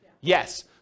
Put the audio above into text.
yes